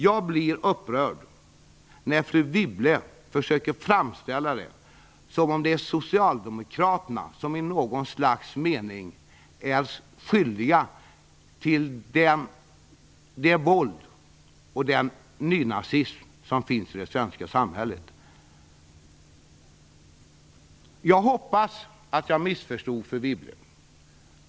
Jag blir upprörd när fru Wibble försöker framställa det som om det är socialdemokraterna som i någon slags mening är skyldiga till det våld och den nynazism som finns i det svenska samhället. Jag hoppas att jag missförstod fru Wibble.